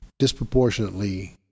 Disproportionately